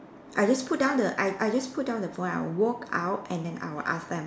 I just put down the I I just put down the phone I walk out and then I will ask them